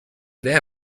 their